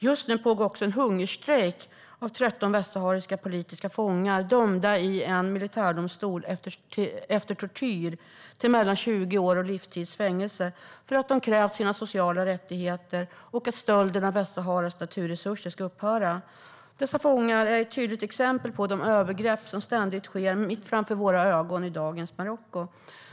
Just nu pågår en hungerstrejk av 13 västsahariska politiska fångar som efter tortyr blivit dömda i en militärdomstol till mellan 20 års fängelse och livstid för att de krävt sociala rättigheter och att stölden av Västsaharas naturresurser ska upphöra. Dessa fångar är ett tydligt exempel på de övergrepp som ständigt sker mitt framför våra ögon i dagens Marocko.